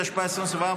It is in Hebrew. התשפ"ה 2024,